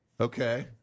Okay